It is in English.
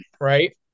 right